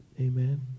Amen